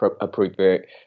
appropriate